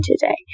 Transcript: today